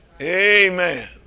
Amen